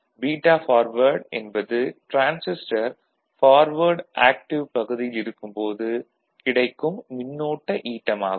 beta forward என்பது transistor forward active பகுதியில் இருக்கும்போது கிடைக்கும் மின்னோட்ட ஈட்டம் ஆகும்